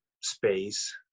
space